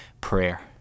prayer